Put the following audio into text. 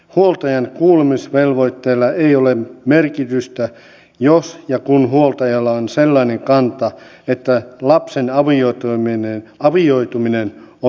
huoltajan kuulemisvelvoitteella ei ole merkitystä jos ja kun huoltajalla on sellainen kanta että lapsen avioituminen on hyväksyttävää